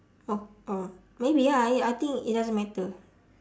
oh oh maybe ah I I think it doesn't matter